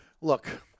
Look